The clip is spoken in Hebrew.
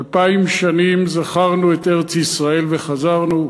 אלפיים שנים זכרנו את ארץ-ישראל וחזרנו.